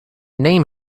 name